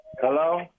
Hello